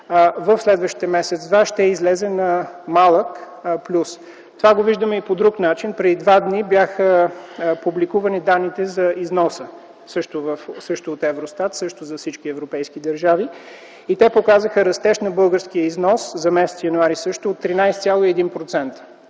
в следващите месец-два ще излезе на малък плюс. Това го виждаме и по друг начин – преди два дни бяха публикувани данните за износ, също от Евростат, също за всички европейски държави. Те показаха растеж на българския износ за м. януари т.г. също от 13,1%.